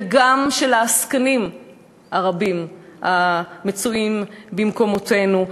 וגם של העסקנים הרבים המצויים במקומותינו,